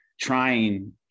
trying